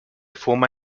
fuma